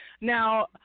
Now